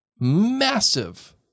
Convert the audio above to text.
massive